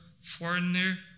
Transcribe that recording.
foreigner